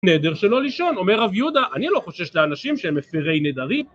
נדר שלא לישון, אומר רב יהודה, אני לא חושש לאנשים שהם מפירי נדרים